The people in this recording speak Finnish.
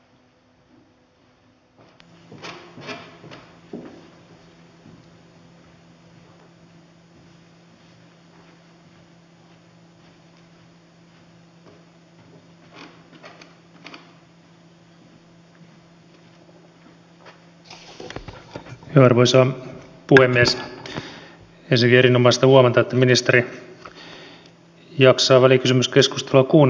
ensinnäkin erinomaista huomata että ministeri jaksaa välikysymyskeskustelua kuunnella yhä edelleen